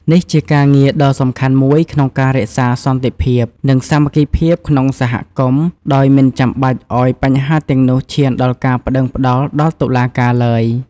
នេះជាការងារដ៏សំខាន់មួយក្នុងការរក្សាសន្តិភាព និងសាមគ្គីភាពក្នុងសហគមន៍ ដោយមិនចាំបាច់ឱ្យបញ្ហាទាំងនោះឈានដល់ការប្តឹងប្តល់ដល់តុលាការឡើយ។